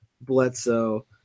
Bledsoe